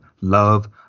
love